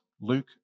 Luke